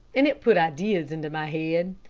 and it put ideas into my head.